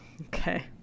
Okay